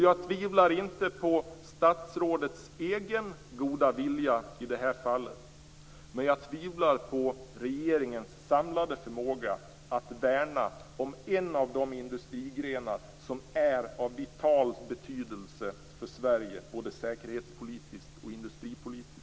Jag tvivlar inte på statsrådets egen goda vilja i detta fall, men jag tvivlar på regeringens samlade förmåga att värna om en av de industrigrenar som är av vital betydelse för Sverige både säkerhetspolitiskt och industripolitiskt.